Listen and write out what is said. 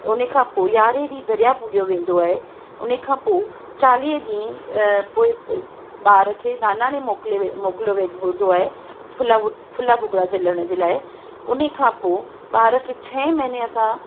उनखां पोइ यारहें ॾींहं दरिया पूॼो वेंदो आहे उन खां पोइ चालीह ॾींहं अ पोइ ॿार खे ना नानाड़े मोकिले मोकिलियो वेंदो आहे फुला फुला भुॻड़ा झलण जे लाइ उन खां पोइ ॿार खे छहें महीने असां